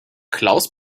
klaus